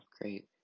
great